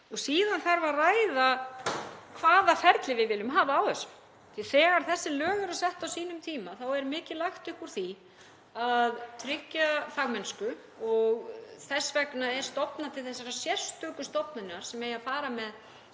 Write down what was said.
Síðan þarf að ræða hvaða ferli við viljum hafa á þessu, því að þegar þessi lög voru sett á sínum tíma var mikið lagt upp úr því að tryggja fagmennsku og þess vegna er stofnað til þessarar sérstöku stofnunar sem eigi að fara með